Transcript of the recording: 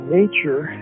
nature